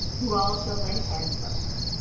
who all shall lay hands on her.